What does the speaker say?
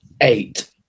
Eight